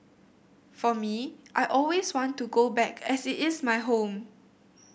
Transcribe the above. for me I always want to go back as it is my home